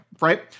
right